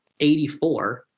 84